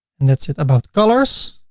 and that's it about colors.